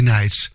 Nights